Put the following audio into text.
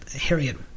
Harriet